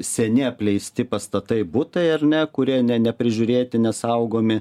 seni apleisti pastatai butai ar ne kurie ne neprižiūrėti nesaugomi